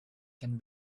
can